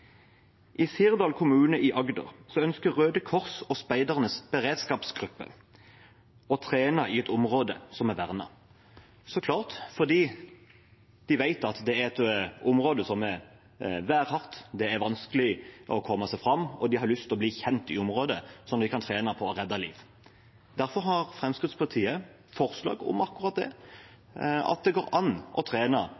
I Sirdal kommune i Agder ønsker Røde Kors og speidernes beredskapsgruppe å trene i et område som er vernet. Så klart, for de vet at det er et område som er værhardt, det er vanskelig å komme seg fram, og de har lyst til å bli kjent i området og trene på å redde liv. Derfor har Fremskrittspartiet foreslått akkurat det – at det går an å trene i slike områder. Til og med det